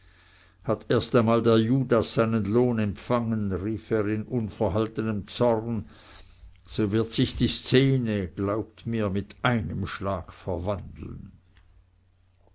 hat erst einmal der judas seinen lohn empfangen rief er mit unverhaltenem zorn so wird sich die szene glaubt mir mit einem schlage verwandeln